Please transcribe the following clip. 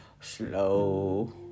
slow